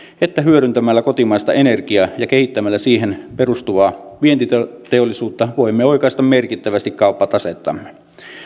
että hyödyntämällä kotimaista energiaa ja kehittämällä siihen perustuvaa vientiteollisuutta voimme oikaista merkittävästi kauppatasettamme